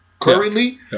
currently